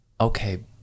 okay